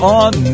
on